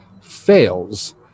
fails